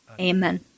Amen